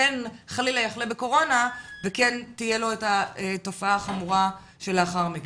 חלילה יחלה בקורונה וכן תהיה לו התופעה החמורה שלאחר מכן.